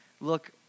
look